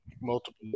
multiple